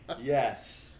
Yes